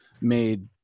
made